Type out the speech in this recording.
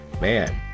Man